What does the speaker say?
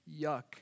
Yuck